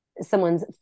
someone's